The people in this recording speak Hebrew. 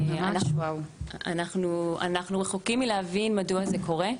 אנחנו רחוקים מלהבין מדוע זה קורה,